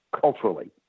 culturally